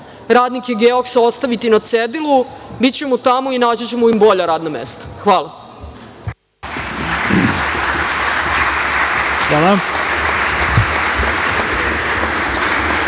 radnike „Geoksa“ ostaviti na cedilu. Bićemo tamo i naći ćemo im bolja radna mesta. Hvala.